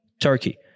Turkey